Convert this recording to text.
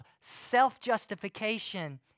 self-justification